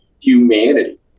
humanity